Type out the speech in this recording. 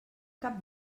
cap